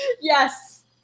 Yes